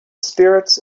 spirits